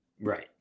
Right